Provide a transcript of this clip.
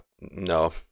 no